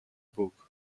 book